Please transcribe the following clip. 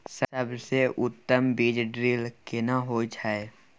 सबसे उत्तम बीज ड्रिल केना होए छै?